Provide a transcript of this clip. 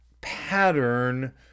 pattern